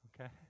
okay